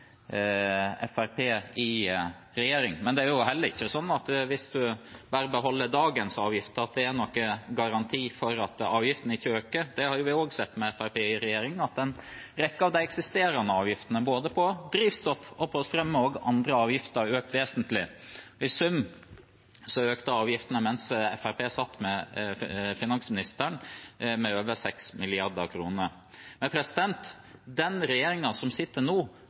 i regjering. Men hvis man bare beholder dagens avgifter, er det heller ikke sånn at det er noen garanti for at avgiftene ikke øker. Det har vi også sett med Fremskrittspartiet i regjering, at en rekke av de eksisterende avgiftene, både på drivstoff, strøm og annet, har økt vesentlig. I sum økte avgiftene mens Fremskrittspartiet satt med finansministeren, med over 6 mrd. kr. Men den regjeringen som sitter nå,